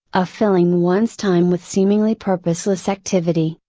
of filling one's time with seemingly purposeless activity,